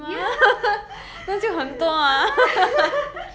ya